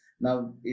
Now